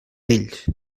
vells